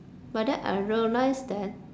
but then I realised that